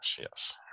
yes